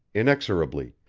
inexorably,